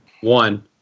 One